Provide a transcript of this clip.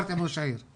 דיברתי עם ראש העיר.